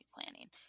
planning